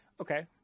Okay